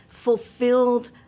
fulfilled